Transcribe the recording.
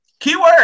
Keyword